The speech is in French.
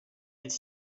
est